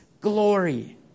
glory